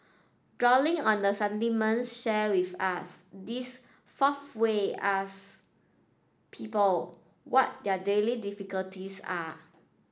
drawing on the sentiments shared with us this fourth way asks people what their daily difficulties are